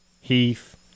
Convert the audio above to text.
Heath